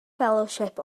fellowship